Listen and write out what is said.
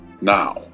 Now